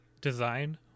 design